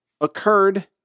occurred